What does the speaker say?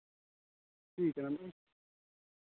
ठीक ऐ मैम